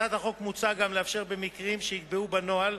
בהצעת החוק מוצע גם לאפשר, במקרים שייקבעו בנוהל,